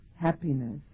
happiness